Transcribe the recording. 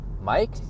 Mike